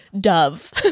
Dove